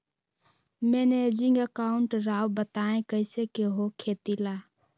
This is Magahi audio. मैनेजिंग अकाउंट राव बताएं कैसे के हो खेती ला?